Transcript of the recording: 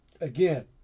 again